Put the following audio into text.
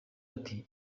ati